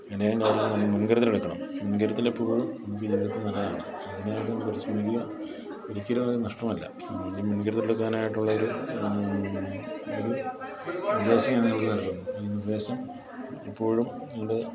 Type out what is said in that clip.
നമ്മൾ മുൻകരുതൽ എടുക്കണം മുൻകരുതൽ എപ്പോഴും നമുക്ക് ജീവിതത്തിൽ നല്ലതാണ് അതിനായിട്ട് നമ്മൾ പരിശ്രമിക്കുക ഒരിക്കലുമതൊരു നഷ്ടമല്ല ഒരു മുൻകരുതൽ എടുക്കാനായിട്ടുള്ളൊരു ഒരു ഒരു നിർദ്ദേശം ഞാൻ നിങ്ങൾക്ക് നൽകുന്നു ഈ നിർദ്ദേശം എപ്പോഴും നിങ്ങളുടെ